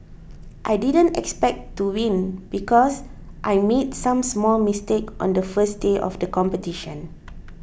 I didn't expect to win because I made some small mistakes on the first day of the competition